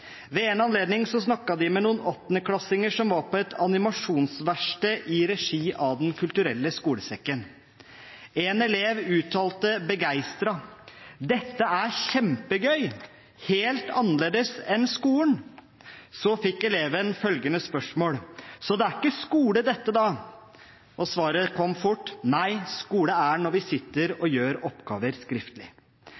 Ved en anledning snakket de med noen åttendeklassinger som var på animasjonsverksted i regi av Den kulturelle skolesekken. En elev uttalte begeistret: Dette er kjempegøy, helt annerledes enn skolen. Så fikk eleven følgende spørsmål: Så det er ikke skole dette da? Svaret kom fort: Nei, skole er når vi sitter og gjør oppgaver skriftlig.